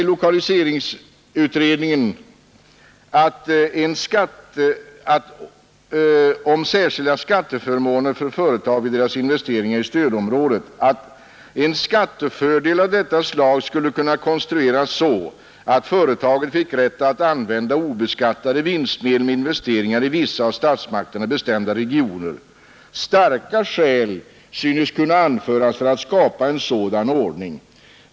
Om särskilda skatteförmåner för företag vid deras investeringar i stödområdet säger lokaliseringsutredningen: ”En skattefördel av detta slag skulle kunna konstrueras så, att företaget fick rätt att använda obeskattade vinstmedel vid investeringar i vissa av statsmakterna bestämda regioner. Starka skäl synes kunna anföras för att skapa en sådan ordning.